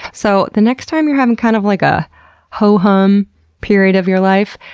so the next time you're having kind of like a ho-hum period of your life,